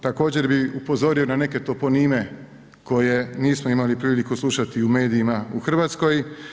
Također bih upozorio na neke toponime koje nismo imali priliku slušati u medijima u Hrvatskoj.